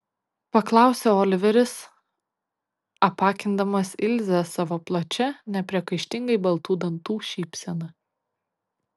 paklausė oliveris apakindamas ilzę savo plačia nepriekaištingai baltų dantų šypsena